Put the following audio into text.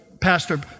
Pastor